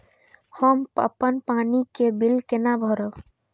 हम अपन पानी के बिल केना भरब?